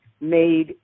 made